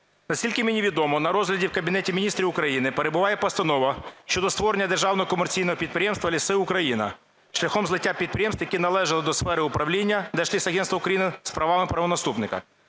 Наскільки мені відомо, на розгляді в Кабінеті Міністрів України перебуває Постанова щодо створення державного комерційного підприємства "Ліси України" шляхом злиття підприємств, які належали до сфери управління Держлісагентства України, з правами правонаступника.